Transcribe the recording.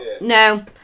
No